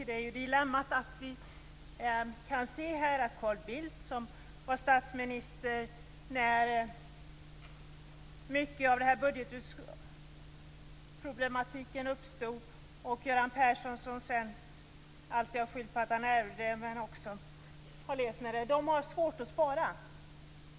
Det är ett dilemma att vi kan se att Carl Bildt, som var statsminister när mycket av denna budgetproblematik uppstod, och Göran Persson, som sedan alltid har skyllt på att han ärvde dessa problem, har svårt att spara.